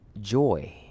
joy